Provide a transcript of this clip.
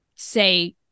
say